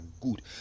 good